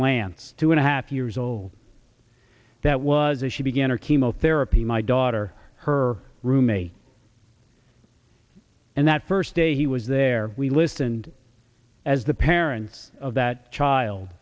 lance two and a half years old that was she began her chemotherapy my daughter her roommate and that first day he was there we listened as the parents of that child